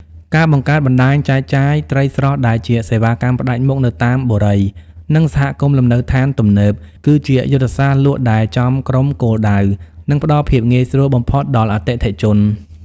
ការបង្កើតបណ្តាញចែកចាយត្រីស្រស់ដែលជាសេវាកម្មផ្ដាច់មុខនៅតាមបុរី និងសហគមន៍លំនៅដ្ឋានទំនើប គឺជាយុទ្ធសាស្ត្រលក់ដែលចំក្រុមគោលដៅ និងផ្ដល់ភាពងាយស្រួលបំផុតដល់អតិថិជន។